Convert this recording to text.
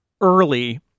early